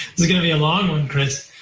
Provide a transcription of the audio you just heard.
is going to be a long one, chris.